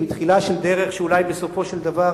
בתחילה של דרך שאולי בסופו של דבר